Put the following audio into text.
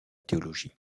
théologie